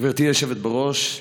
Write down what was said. גברתי היושבת בראש,